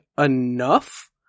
enough